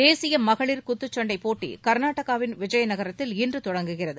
தேசிய மகளிர் குத்துச்சன்டை போட்டி கர்நாடகாவின் விஜயநகரத்தில் இன்று தொடங்குகிறது